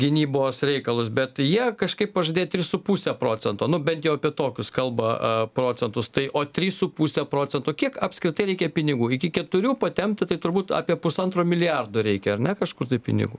gynybos reikalus bet jie kažkaip pažadėjo tris su puse procento nu bent jau apie tokius kalba procentus tai o trys su puse procento kiek apskritai reikia pinigų iki keturių patempti tai turbūt apie pusantro milijardo reikia ar ne kažkur tai pinigų